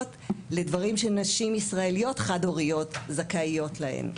לדברים שנשים ישראליות חד-הוריות זכאיות להן,